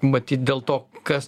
matyt dėl to kas